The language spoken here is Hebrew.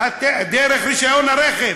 דרך רישיון הרכב.